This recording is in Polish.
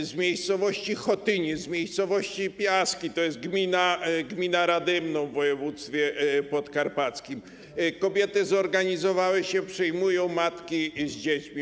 W miejscowości Chotyniec, w miejscowości Piaski, to jest gmina Radymno w województwie podkarpackim, kobiety zorganizowały się, przyjmują matki z dziećmi.